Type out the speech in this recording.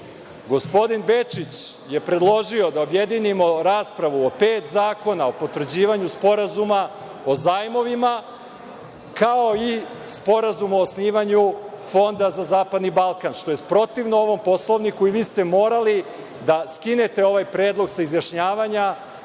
Bečić je predložio da objedinimo raspravu o pet zakona o potvrđivanju Sporazuma o zajmovima, kao i Sporazum o osnivanju fonda za zapadni Balkan, što je protivno ovom Poslovniku i vi ste morali da skinete ovaj predlog sa izjašnjavanja